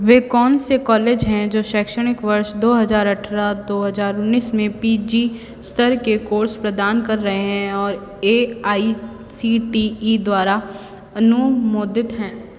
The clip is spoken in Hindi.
वे कौन से कॉलेज हैं जो शैक्षणिक वर्ष दो हजार अठराह दो हजार उन्नीस में पी जी स्तर के कोर्स प्रदान कर रहे हैं और A I C T E द्वारा अनुमोदित हैं